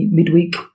midweek